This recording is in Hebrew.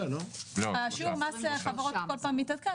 שיעור חברות כל פעם מתעדכן,